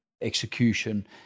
execution